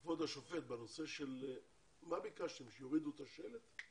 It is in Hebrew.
כבוד השופט, מה ביקשתם, שיורידו את השלט?